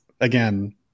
again